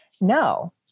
no